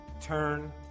turn